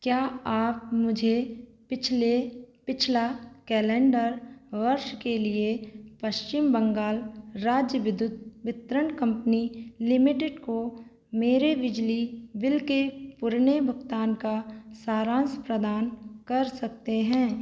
क्या आप मुझे पिछले पिछला कैलेण्डर वर्ष के लिए पश्चिम बंगाल राज्य विद्युत वितरण कम्पनी लिमिटेड को मेरे बिजली बिल के पुराने भुगतान का सारान्श प्रदान कर सकते हैं